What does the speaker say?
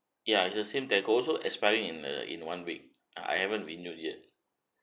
ya is the same telco so expiring in a in one week ah I haven't renew yet